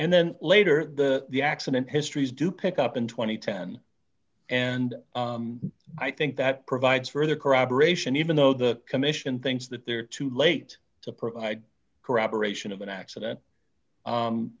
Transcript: and then later that the accident histories do pick up in two thousand and ten and i think that provides further corroboration even though the commission thinks that they're too late to provide corroboration of an accident